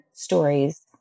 stories